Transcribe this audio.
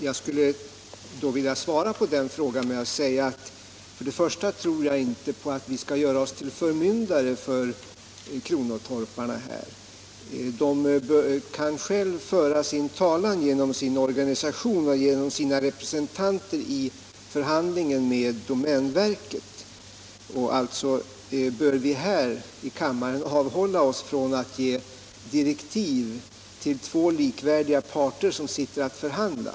Herr talman! Jag vill då svara på den frågan med att säga att jag först och främst inte tror att vi bör göra oss till förmyndare för kronotorparna — de kan själva föra sin talan genom sin organisation och sina representanter i förhandlingen med domänverket. Därför bör vi här i kammaren avhålla oss från att ge direktiv till två likvärdiga parter, som sitter för att förhandla.